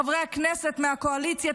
חברי הכנסת מהקואליציה,